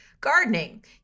gardening